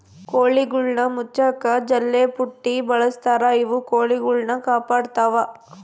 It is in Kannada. ಕೋಳಿಗುಳ್ನ ಮುಚ್ಚಕ ಜಲ್ಲೆಪುಟ್ಟಿ ಬಳಸ್ತಾರ ಇವು ಕೊಳಿಗುಳ್ನ ಕಾಪಾಡತ್ವ